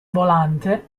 volante